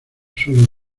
solo